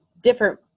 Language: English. different